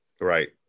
right